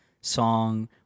song